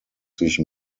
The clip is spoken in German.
sich